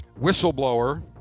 whistleblower